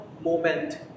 moment